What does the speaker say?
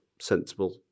sensible